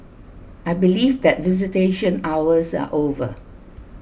I believe that visitation hours are over